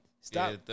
stop